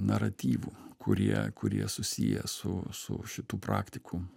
naratyvų kurie kurie susiję su su šitų praktikų